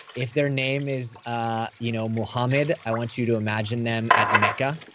if their name is ah you know mohammed i want you to imagine them at mecca.